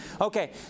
Okay